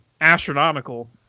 astronomical